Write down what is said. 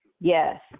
Yes